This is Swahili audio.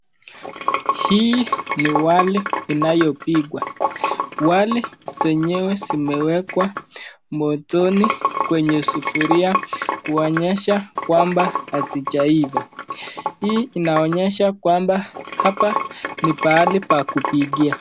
Hii ni wali inayopikwa wali zenyewe zimewekwa motoni kwenye sufuria kuonyesha kwamba hazijaiva hii inaonyesha kwamba hapa ni pahali pa kupikia.